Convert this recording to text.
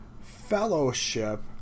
fellowship